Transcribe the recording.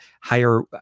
higher